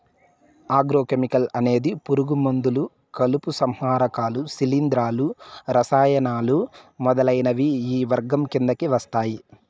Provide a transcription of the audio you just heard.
agro chemical అనేది పురుగు మందులు, కలుపు సంహారకాలు, శిలీంధ్రాలు, రసాయనాలు మొదలైనవి ఈ వర్గం కిందకి వస్తాయి